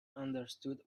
understood